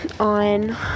On